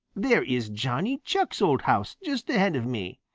there is johnny chuck's old house just ahead of me.